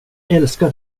älskar